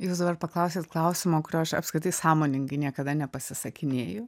jūs dabar paklausėt klausimo kurio aš apskritai sąmoningai niekada nepasisakinėju